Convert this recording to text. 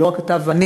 ולא רק אתה ואני,